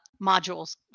modules